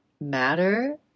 matter